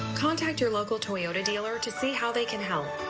contact your local toyota dealer to see how they can help.